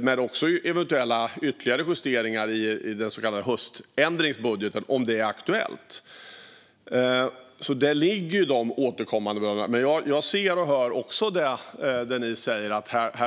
men också i eventuella ytterligare justeringar i den så kallade höständringsbudgeten, om det är aktuellt. Jag ser och hör det ni säger.